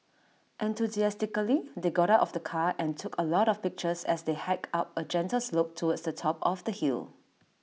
enthusiastically they got out of the car and took A lot of pictures as they hiked up A gentle slope towards the top of the hill